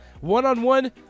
One-on-one